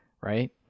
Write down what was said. right